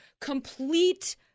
complete